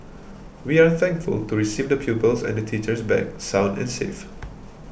we are thankful to receive the pupils and the teachers back sound and safe